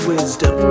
Wisdom